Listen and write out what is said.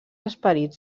esperits